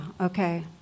okay